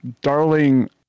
Darling